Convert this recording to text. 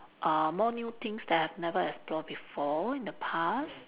err more new things that I have never explore before in the past